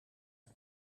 een